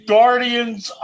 Guardians